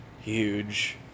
huge